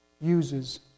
uses